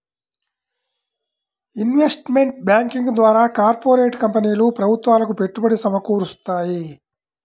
investment banking ద్వారా corporate కంపెనీలు ప్రభుత్వాలకు పెట్టుబడి సమకూరుత్తాయి